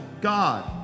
God